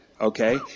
okay